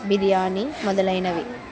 బిర్యానీ మొదలైనవి